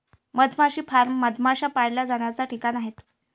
मधमाशी फार्म मधमाश्या पाळल्या जाण्याचा ठिकाण आहे